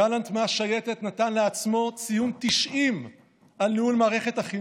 גלנט מהשייטת נתן לעצמו ציון 90 על ניהול מערכת החינוך,